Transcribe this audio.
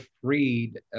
freed